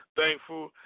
thankful